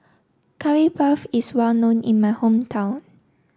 Curry Puff is well known in my hometown